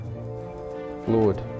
Lord